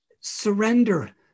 surrender